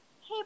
hey